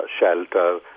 shelter